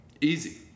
Easy